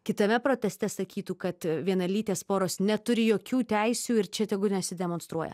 kitame proteste sakytų kad vienalytės poros neturi jokių teisių ir čia tegu nesidemonstruoja